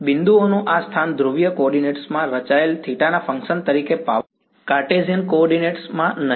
બિંદુઓનું આ સ્થાન ધ્રુવીય કોઓર્ડિનેટ્સમાં રચાયેલ થીટા ના ફંક્શન તરીકેનો પાવર છે કાર્ટેશિયન કોઓર્ડિનેટ્સ માં નહીં